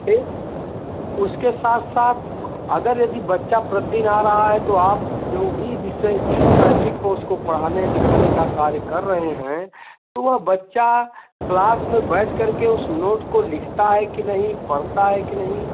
ठीक उसके साथ साथ अगर यदि बच्चा प्रतिदिन आ रहा है तो आप जो भी विषय जिस ट्रैफिक में उसको पढ़ाने लिखाने का कार्य कर रहे हैं तो वह बच्चा क्लास में बैठ कर के उस नोट को लिखता है कि नहीं पढ़ता है कि नहीं